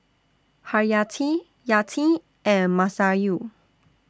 Haryati Yati and Masayu